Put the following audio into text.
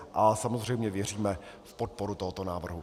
A samozřejmě věříme v podporu tohoto návrhu.